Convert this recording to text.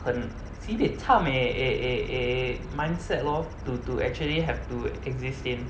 很 sibei cham eh a a a mindset lor to to actually have to exist in